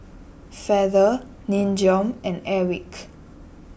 Feather Nin Jiom and Airwick